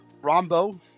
Rombo